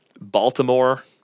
Baltimore